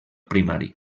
primari